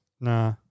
Nah